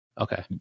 Okay